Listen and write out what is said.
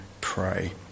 pray